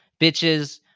bitches